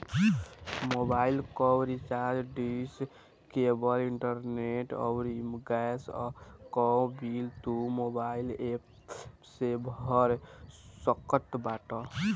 mobile कअ recharge, dish, cable, internet अउरी gas कअ बिल तू मोबाइल एप्प से भर सकत बाटअ